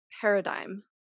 paradigm